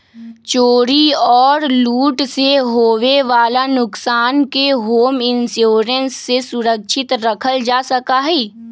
चोरी और लूट से होवे वाला नुकसान के होम इंश्योरेंस से सुरक्षित रखल जा सका हई